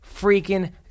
freaking